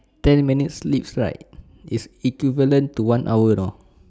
ten minutes sleeps right is equivalent to one hour know